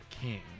King